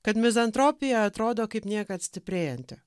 kad mizantropija atrodo kaip niekad stiprėjanti